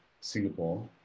Singapore